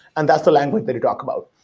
and that's the language that you talk about.